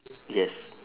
yes